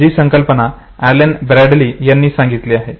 जी संकल्पना Alan Bradley यांनी सांगितली आहे